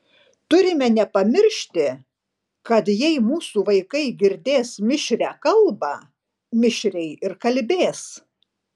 turime nepamiršti kad jei mūsų vaikai girdės mišrią kalbą mišriai ir kalbės